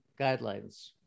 guidelines